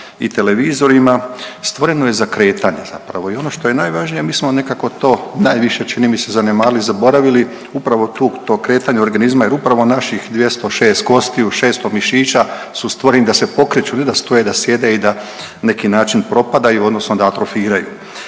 i televizorima. Stvoreno je za kretanje zapravo. I ono što je najvažnije mi smo nekako to najviše čini mi se zanemarili i zaboravili upravo to kretanje organizma jer upravo naših 206 kostiju, 600 mišića su stvoreni da se pokreću, ne da stoje i da sjede i da na neki način propadaju odnosno da atrofiraju.